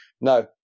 no